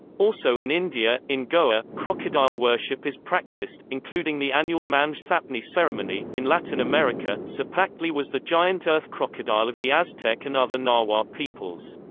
also in india, in goa, crocodile worship is practised, including the annual mannge thapnee ceremony in latin america, cipactli was the giant earth crocodile of the aztec and other nahua peoples.